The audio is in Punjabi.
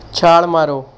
ਛਾਲ਼ ਮਾਰੋ